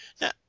Now